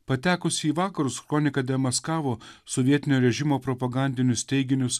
patekusi į vakarus kronika demaskavo sovietinio režimo propagandinius teiginius